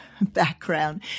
background